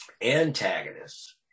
antagonists